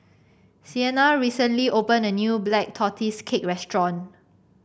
Siena recently opened a new Black Tortoise Cake restaurant